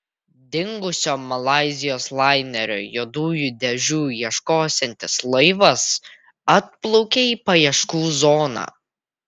dingusio malaizijos lainerio juodųjų dėžių ieškosiantis laivas atplaukė į paieškų zoną